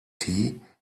tea